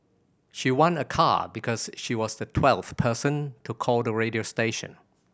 she won a car because she was the twelve person to call the radio station